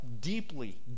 deeply